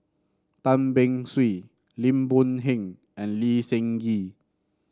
Tan Beng Swee Lim Boon Heng and Lee Seng Gee